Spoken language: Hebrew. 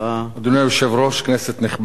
אדוני היושב-ראש, כנסת נכבדה,